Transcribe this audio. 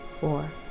four